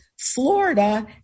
Florida